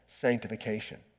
sanctification